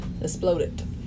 exploded